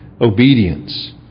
obedience